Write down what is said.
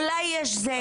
אולי יש זה?